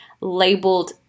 labeled